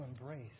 embrace